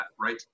right